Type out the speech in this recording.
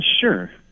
Sure